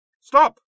Stop